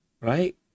Right